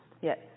Yes